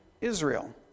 Israel